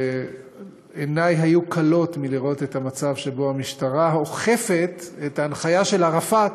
וראיתי בעיניים כלות את המצב שבו המשטרה אוכפת את ההנחיה של ערפאת